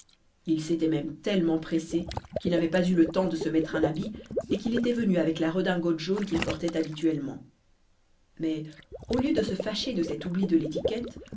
il s'était même tellement pressé qu'il n'avait pas eu le temps de se mettre un habit et qu'il était venu avec la redingote jaune qu'il portait habituellement mais au lieu de se fâcher de cet oubli de l'étiquette